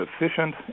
efficient